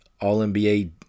All-NBA